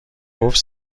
گفت